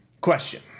Question